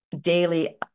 daily